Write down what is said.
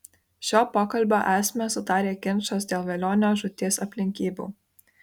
šio pokalbio esmę sudarė ginčas dėl velionio žūties aplinkybių